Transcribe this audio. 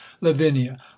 lavinia